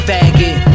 Faggot